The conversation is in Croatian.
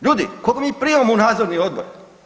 Ljudi koga mi primamo u nadzorni odbor?